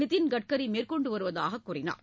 நிதின் கட்கரி மேற்கொண்டு வருவதாக கூறினார்